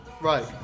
right